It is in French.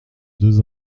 deux